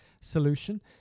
solution